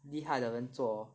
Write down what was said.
厉害的人做 hor